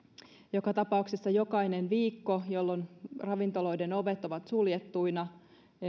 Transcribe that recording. joka tapauksessa jokainen viikko jolloin ravintoloiden ovet ovat suljettuina